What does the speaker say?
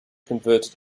converted